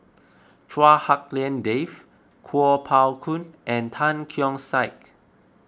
Chua Hak Lien Dave Kuo Pao Kun and Tan Keong Saik